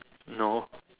no